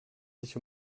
sich